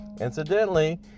Incidentally